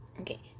Okay